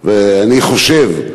אני חושב,